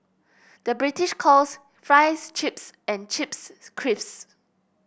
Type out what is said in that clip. the British calls fries chips and chips crisps